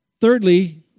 Thirdly